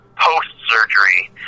post-surgery